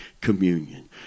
communion